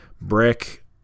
Brick